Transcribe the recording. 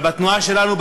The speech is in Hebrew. אבל בתנועה שלנו,